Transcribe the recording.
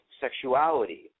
sexuality